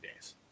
days